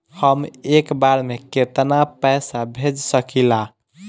हम एक बार में केतना पैसा भेज सकिला?